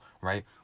right